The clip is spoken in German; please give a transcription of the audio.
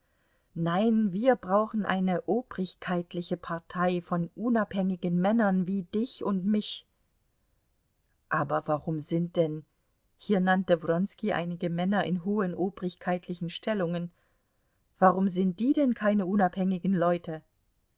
nein wir brauchen eine obrigkeitliche partei von unabhängigen männern wie dich und mich aber warum sind denn hier nannte wronski einige männer in hohen obrigkeitlichen stellungen warum sind die denn keine unabhängigen leute